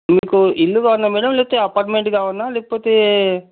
మీకు ఇల్లు కావాల్నా మేడం లేకపోతే అపార్ట్మెంట్ కావాల్నా లేకపోతే